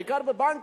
בעיקר בבנקים,